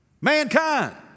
mankind